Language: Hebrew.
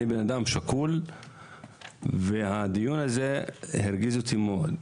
אני בן אדם שקול והדיון הזה הרגיז אותי מאד.